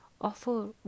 offer